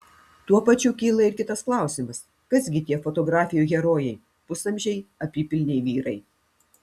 tuo pačiu kyla ir kitas klausimas kas gi tie fotografijų herojai pusamžiai apypilniai vyrai